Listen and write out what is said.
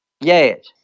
Yes